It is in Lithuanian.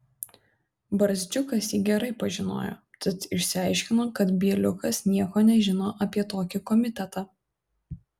barzdžiukas jį gerai pažinojo tad išsiaiškino kad bieliukas nieko nežino apie tokį komitetą